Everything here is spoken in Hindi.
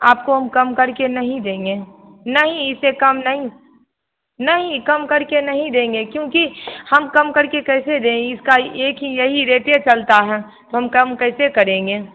आपको हम कम करके नहीं देंगे नहीं इससे कम नहीं नहीं कम करके नहीं देंगे क्यूँकि हम कम करके कैसे दें इसका एक ही यही रेट ए चलता हए तो हम कम कैसे करेंगे